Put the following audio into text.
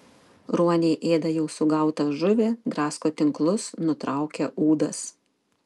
ruoniai ėda jau sugautą žuvį drasko tinklus nutraukia ūdas